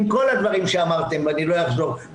עם כל הדברים שאמרתם ולא אחזור,